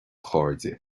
chairde